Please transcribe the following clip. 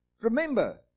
Remember